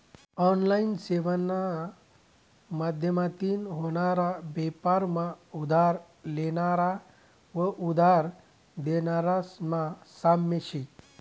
online सेवाना माध्यमतीन व्हनारा बेपार मा उधार लेनारा व उधार देनारास मा साम्य शे